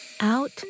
out